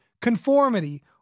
conformity